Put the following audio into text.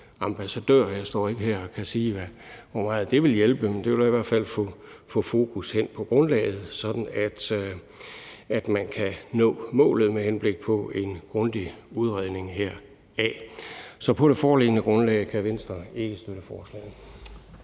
ambassadør. Jeg står ikke her og kan sige, hvor meget det vil hjælpe, men det vil da i hvert fald få fokus hen på grundlaget, sådan at man kan nå målet med henblik på en grundig udredning heraf. Så på det foreliggende grundlag kan Venstre ikke støtte forslaget.